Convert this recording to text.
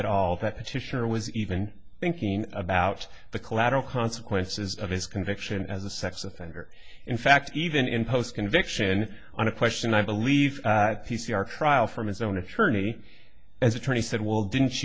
at all that petitioner was even thinking about the collateral consequences of his conviction as a sex offender in fact even in post conviction on a question i believe p c r trial from his own a czerny as attorney said well didn't